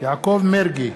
יעקב מרגי,